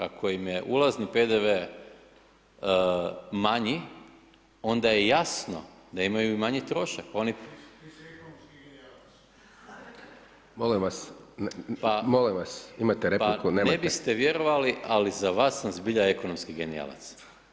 Ako im je ulazni PDV manji onda je jasno da imaju i manji trošak, oni …… [[Upadica se ne čuje.]] [[Upadica Dončić: Molim vas, molim vas, imate repliku, nemojte…]] Pa ne biste vjerovali ali za vas sam zbilja ekonomski genijalac.